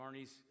Marnie's